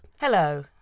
Hello